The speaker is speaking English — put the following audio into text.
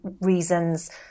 reasons